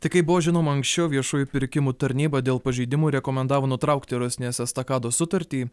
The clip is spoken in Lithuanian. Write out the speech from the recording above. tai kaip buvo žinoma anksčiau viešųjų pirkimų tarnyba dėl pažeidimų rekomendavo nutraukti rusnės estakados sutartį